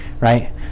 right